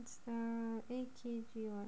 err eight K_G one